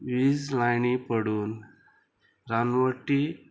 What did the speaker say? वीज लायणी पडून रानवटी